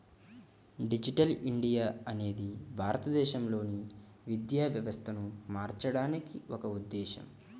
digital India అనేది భారతదేశంలోని విద్యా వ్యవస్థను మార్చడానికి ఒక ఉద్ధేశం